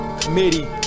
Committee